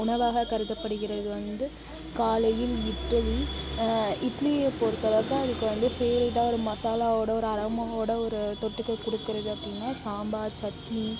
உணவாக கருதப்படுகிறது வந்து காலையில் இட்டலி இட்லியை பொறுத்தளவுக்கு அதுக்கு வந்து ஃபேவரெட்டாக ஒரு மசாலாவோடு ஒரு அரோமாவோடு ஒரு தொட்டுக்க கொடுக்குறது அப்படின்னா சாம்பார் சட்னி